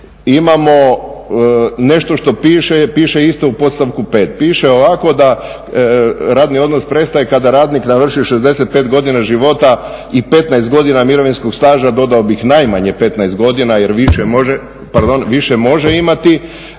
imamo nešto što piše, piše isto u podstavku 5. Piše ovako da radni odnos prestaje kada radnik navrši 65. godina života i 15 godina mirovinskog staža. Dodao bih najmanje 15 godina jer više može imati